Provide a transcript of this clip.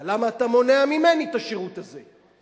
אבל למה אתה מונע ממני את השירות הזה?